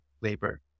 labor